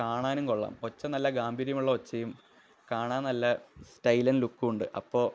കാണാനും കൊള്ളാം ഒച്ച നല്ല ഗാംഭീര്യമുള്ള ഒച്ചയും കാണാന് നല്ല സ്റ്റൈലന് ലുക്കും ഉണ്ട് അപ്പോള്